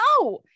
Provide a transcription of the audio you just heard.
No